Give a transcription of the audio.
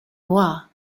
noir